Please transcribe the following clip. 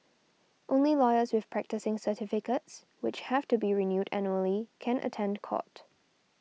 only lawyers with practising certificates which have to be renewed annually can attend court